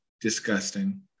disgusting